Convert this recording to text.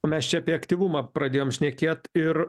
o mes čia apie aktyvumą pradėjom šnekėt ir